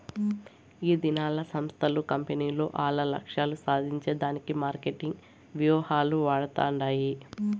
ఈదినాల్ల సంస్థలు, కంపెనీలు ఆల్ల లక్ష్యాలు సాధించే దానికి మార్కెటింగ్ వ్యూహాలు వాడతండాయి